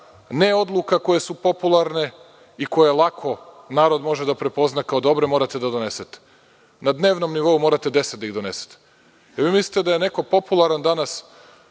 ne odluka koje su popularne i koje lako narod može da prepozna kao dobre morate da donesete. Na dnevnom nivou morate 10 da ih donesete. Da li mislite da je neko popularan danas